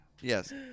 Yes